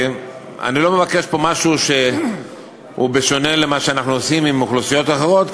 אני לא מבקש פה משהו שהוא שונה ממה שאנחנו עושים לאוכלוסיות אחרות,